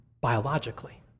Biologically